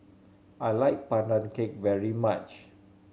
I like Pandan Cake very much